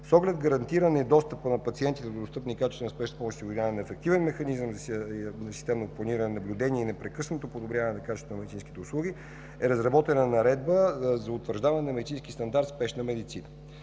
С оглед гарантиране достъпа на пациентите до достъпна и качествена спешна помощ и осигуряване на ефективен механизъм за системно планиране, наблюдение и непрекъснато подобряване на качеството на медицинските услуги, е разработената Наредба за утвърждаване на медицински стандарт „Спешна медицина”.